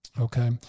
okay